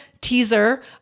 teaser